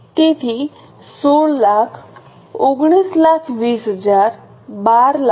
તેથી 1600000 1920000 1200000 4720000